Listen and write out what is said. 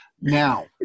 now